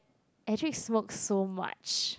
Adrek smoke so much